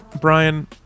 Brian